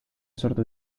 sortu